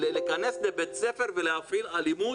להיכנס לבית ספר ולהפעיל אלימות,